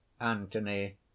Antony